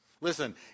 Listen